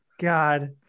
God